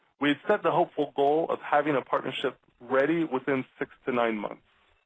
we had set the hopeful goal of having a partnership ready within six to nine months.